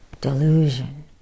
delusion